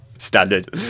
Standard